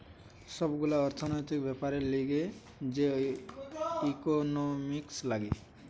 সব গুলা অর্থনৈতিক বেপারের লিগে যে ইকোনোমিক্স লাগে